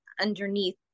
underneath